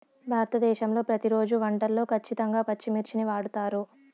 భారతదేశంలో ప్రతిరోజు వంటల్లో ఖచ్చితంగా పచ్చిమిర్చిని వాడుతారు